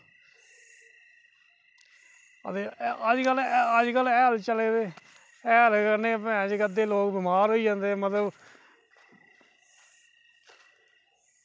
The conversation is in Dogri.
ते अज्जकल अज्जकल हैल चला दे हैल कन्नै अद्धे लोग मतलब कि बमार होई जंदे